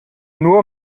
nur